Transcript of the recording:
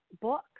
book